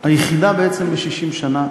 היחידה בעצם ב-60 שנה